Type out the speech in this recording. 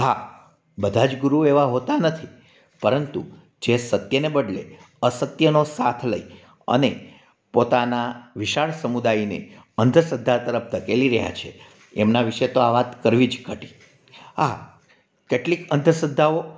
હા બધા જ ગુરુ એવા હોતા નથી પરંતુ જે સત્યને બદલે અસત્યનો સાથ લઈ અને પોતાના વિશાળ સમુદાયને અંધશ્રદ્ધા તરફ ધકેલી રહ્યા છે એમના વિષે તો આ વાત કરવી જ ઘટી હા કેટલી અંધશ્રદ્ધાઓ